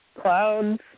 clouds